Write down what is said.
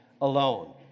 alone